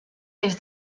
des